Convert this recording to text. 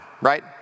right